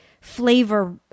flavor